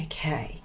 Okay